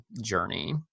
journey